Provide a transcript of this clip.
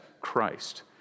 Christ